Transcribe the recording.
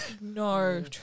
No